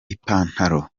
ipantaro